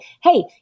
hey